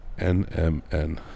NMN